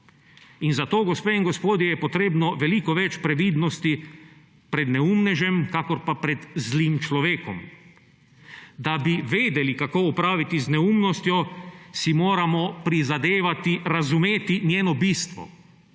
Zato, gospe in gospodje, je potrebno veliko več previdnosti pred neumnežem kakor pa pred zlim človekom. Da bi vedeli, kako opraviti z neumnostjo, si moramo prizadevati razumeti njeno bistvo.